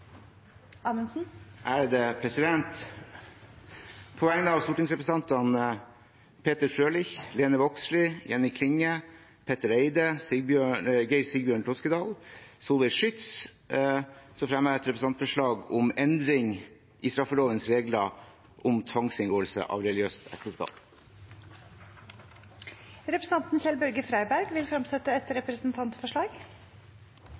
Amundsen vil fremsette et representantforslag. På vegne av stortingsrepresentantene Peter Frølich, Lene Vågslid, Jenny Klinge, Petter Eide, Geir Sigbjørn Toskedal, Solveig Schytz og meg selv fremmer jeg et representantforslag om endring i straffelovens regler om tvangsinngåelse av religiøst ekteskap. Representanten Kjell-Børge Freiberg vil fremsette et representantforslag. Jeg har den oppriktige glede å framsette